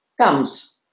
comes